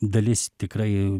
dalis tikrai